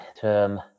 term